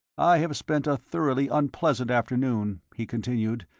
i have spent a thoroughly unpleasant afternoon, he continued,